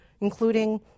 including